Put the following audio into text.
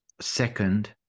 second